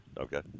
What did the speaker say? Okay